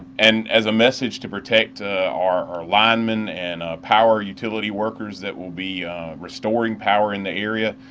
and as a message to project our linemen and power utility workers that will be restoring power in the area,